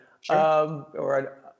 Sure